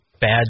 bad